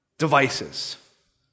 Devices